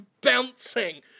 bouncing